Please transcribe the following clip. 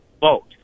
vote